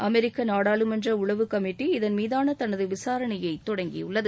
அமெரிக்க நாடாளுமன்ற உளவு கமிட்டி இதன் மீதான தனது விசாரணையை தொடங்கியுள்ளது